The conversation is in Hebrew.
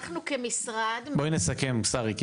בואי נסכם, שרי.